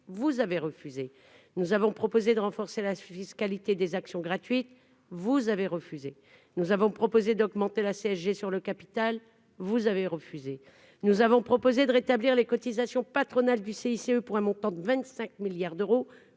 vous avez refusé, nous avons proposé de renforcer la fiscalité des actions gratuites, vous avez refusé, nous avons proposé d'augmenter la CSG, sur le capital, vous avez refusé, nous avons proposé de rétablir les cotisations patronales du CICE pour un montant de 25 milliards d'euros,